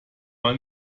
mal